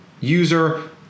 user